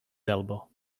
elbow